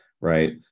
Right